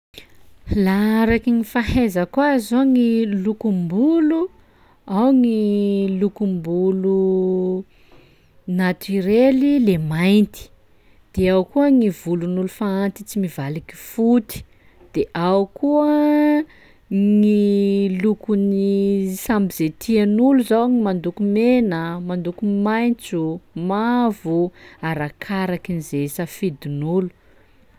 Laha araky ny fahaizako azy zao gny lokom-bolo: ao gny lokom-bolo natiorely le mainty, de ao koa gny volon'olo fa antitsy mivaliky foty, de ao koa gny lokon'ny samby zay tian'olo zao ny mandoko mena, mandoko maitso, mavo, arakarakin'izay safidin'olo.